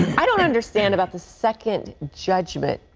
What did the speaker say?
i don't understand about the second just. yeah but